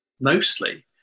Mostly